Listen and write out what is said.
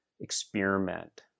Experiment